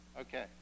Okay